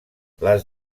les